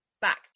back